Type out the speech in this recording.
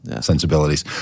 sensibilities